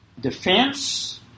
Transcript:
defense